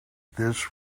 this